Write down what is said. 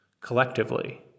Collectively